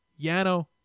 Yano